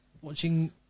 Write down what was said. watching